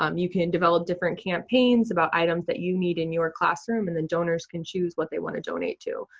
um you can develop different campaigns about items that you need in your classroom, and the donors can choose what they wanna donate to.